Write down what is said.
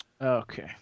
Okay